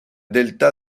delta